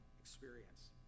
experience